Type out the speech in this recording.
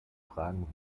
fragen